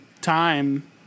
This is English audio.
time